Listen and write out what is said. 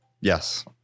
yes